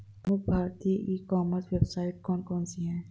प्रमुख भारतीय e commerce website कौन कौन सी हैं?